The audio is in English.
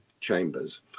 chambers